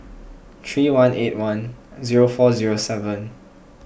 three one eight one zero four zero seven